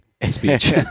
speech